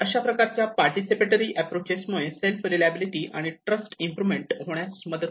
अशा प्रकारच्या participatory approaches मुळे सेल्फ रेलिएबिलिटी आणि ट्रस्ट इम्प्रोवमेंट होण्यास मदत होते